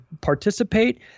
participate